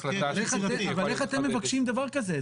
אבל איך אתם מבקשים דבר כזה?